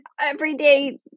everyday